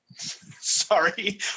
sorry